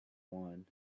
one